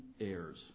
heirs